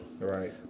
right